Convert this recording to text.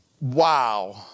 wow